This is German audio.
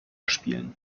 spielen